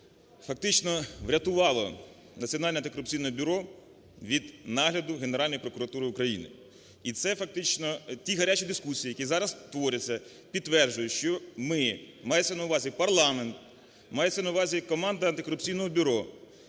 фактично врятувало Національне антикорупційне бюро від нагляду Генеральної прокуратури України. І це, фактично… ті гарячі дискусії, які зараз творяться, підтверджують, що ми, мається на увазі парламент, мається на увазі команда Антикорупційного бюро,